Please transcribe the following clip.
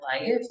life